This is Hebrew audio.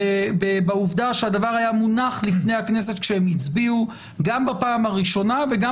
העובדה היא שהדבר היה מונח בפני הכנסת כשהם הצביעו גם בפעם הראשונה וגם